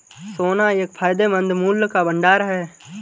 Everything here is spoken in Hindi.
सोना एक फायदेमंद मूल्य का भंडार है